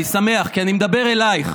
אני שמח, כי אני מדבר אלייך.